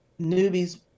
newbies